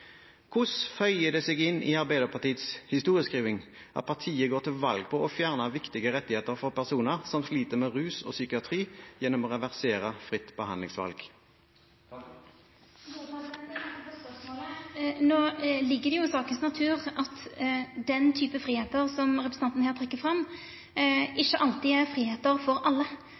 Hvordan føyer det seg inn i Arbeiderpartiets historieskriving at partiet går til valg på å fjerne viktige rettigheter for personer som sliter med rus og psykiatri, gjennom å reversere fritt behandlingsvalg? Eg takkar for spørsmålet. Det ligg jo i sakas natur at den typen fridomar som representanten her trekkjer fram,